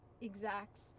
exacts